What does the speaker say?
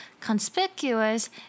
conspicuous